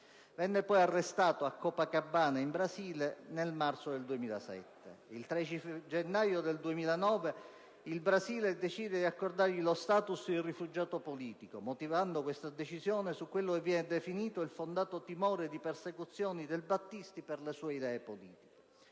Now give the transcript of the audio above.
Venne poi arrestato a Copacabana, in Brasile, il 18 marzo 2007. Il 13 gennaio 2009, il Brasile decise di accordargli lo *status* di rifugiato politico, motivando la decisione su quello che viene definito «il fondato timore di persecuzione del Battisti per le sue idee politiche».